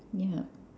yeah